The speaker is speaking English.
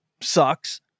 sucks